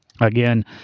again